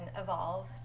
evolve